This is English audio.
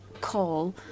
call